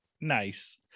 Nice